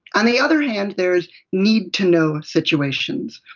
on the other hand there is need to know situations.